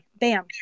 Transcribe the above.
Bam